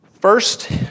First